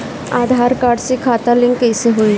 आधार card से खाता link कईसे होई?